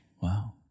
Wow